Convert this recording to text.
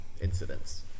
incidents